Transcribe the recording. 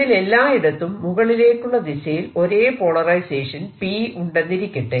ഇതിൽ എല്ലായിടത്തും മുകളിലേക്കുള്ള ദിശയിൽ ഒരേ പോളറൈസേഷൻ P ഉണ്ടെന്നിരിക്കട്ടെ